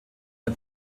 der